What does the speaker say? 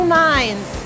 minds